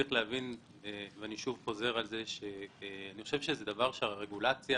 אני חושב שזה דבר שהרגולציה